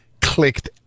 clicked